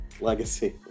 Legacy